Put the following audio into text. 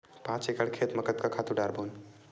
पांच एकड़ खेत म कतका खातु डारबोन?